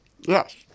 yes